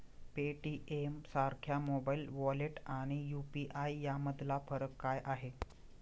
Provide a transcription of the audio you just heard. पेटीएमसारख्या mobile wallet आणि UPI यामधला फरक काय आहे?